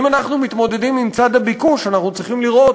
אם אנחנו מתמודדים עם צד הביקוש אנחנו צריכים לראות